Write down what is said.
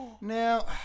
Now